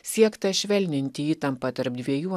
siekta švelninti įtampą tarp dviejų